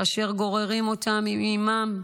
אשר גוררים אותם עם אימם,